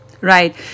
Right